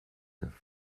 neuf